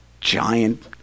giant